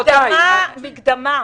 לדיון בנושא השני, בנושא המקדמות,